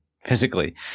physically